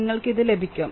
നിങ്ങൾക്ക് ഇത് ലഭിക്കും